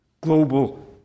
global